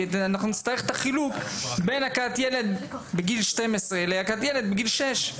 כי אנחנו נצטרך את החילוק בין הכאת ילד בגיל 12 להכאת ילד בגיל שש.